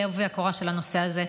בעובי הקורה של הנושא הזה.